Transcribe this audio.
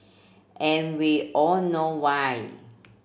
and we all know why